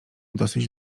dosyć